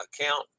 account